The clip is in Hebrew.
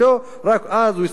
רק אז הוא יצטרך לשלם,